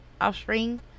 offspring